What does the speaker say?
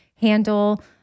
handle